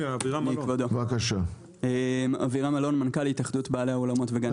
אני מנכ"ל התאחדות בעלי האולמות וגני האירועים.